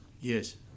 yes